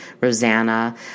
Rosanna